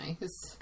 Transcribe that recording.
nice